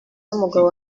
n’umugabo